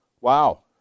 Wow